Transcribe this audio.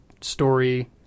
story